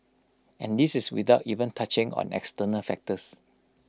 and this is without even touching on external factors